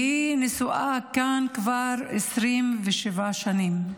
היא נשואה כבר 27 שנים,